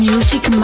Music